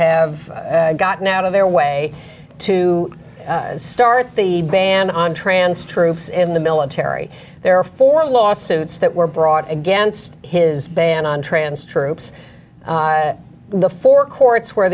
have gotten out of their way to start the ban on trans troops in the military there are four lawsuits that were brought against his ban on trans troops the four courts where